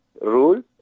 rule